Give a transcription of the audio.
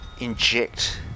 inject